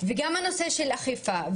וגם הנושא של אכיפה,